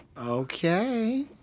Okay